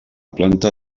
planta